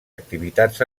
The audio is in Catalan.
activitats